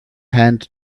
hand